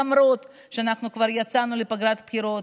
למרות שאנחנו כבר יצאנו לפגרת בחירות.